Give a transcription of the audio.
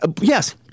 Yes